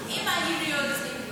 אם היינו יוצאים,